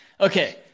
Okay